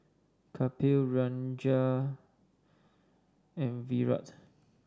Kapil Ranga and Virat